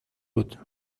بود